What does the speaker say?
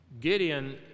Gideon